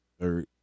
Third